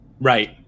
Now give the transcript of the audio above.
right